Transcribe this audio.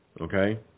okay